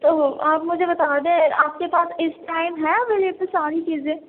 اوہ آپ مجھے بتا دیں آپ کے پاس اِس ٹائم ہے ایولیول ساری چیزیں